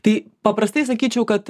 tai paprastai sakyčiau kad